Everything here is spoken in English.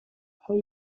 how